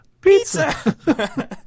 Pizza